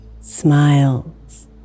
smiles